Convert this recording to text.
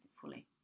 fully